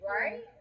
right